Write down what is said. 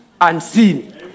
unseen